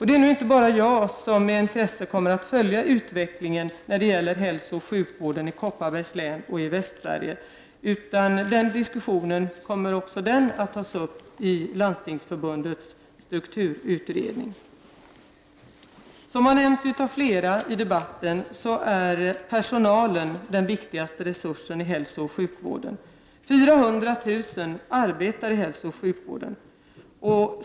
Det är nog inte bara jag som med intresse kommer att följa utvecklingen av hälsooch sjukvården i Kopparbergs län och i Västsverige, utan den diskussionen kommer också att tas upp i Landstingsförbundets strukturutredning. Som har nämnts av flera deltagare i debatten är personalen den viktigaste resursen i hälsooch sjukvården. 400 000 personer arbetar inom hälsooch sjukvården.